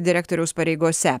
direktoriaus pareigose